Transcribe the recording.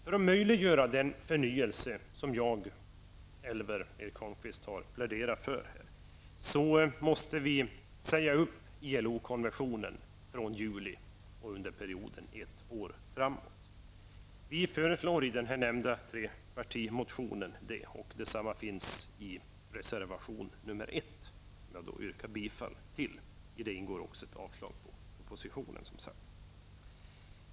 För att möjliggöra den förnyelse som jag själv, Elver Jonsson och Erik Holmkvist har pläderat för här, måste vi säga upp ILO-konventionen från juli och ett år framåt. Vi föreslår det i den trepartimotion som jag har nämnt. Förslaget återfinns i reservation 1, till vilken jag yrkar bifall. Den innebär ett avslag på propositionen.